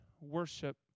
worship